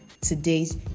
today's